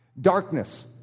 Darkness